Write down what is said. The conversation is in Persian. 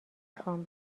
خوام